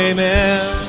Amen